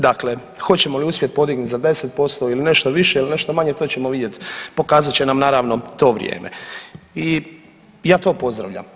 Dakle, hoćemo li uspjeti podignuti za 10% ili nešto više ili nešto manje to ćemo vidjeti, pokazat će nam naravno to vrijeme i ja to pozdravljam.